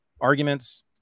arguments